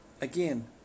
Again